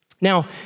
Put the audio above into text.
Now